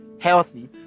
healthy